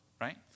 right